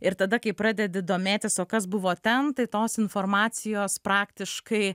ir tada kai pradedi domėtis o kas buvo ten tai tos informacijos praktiškai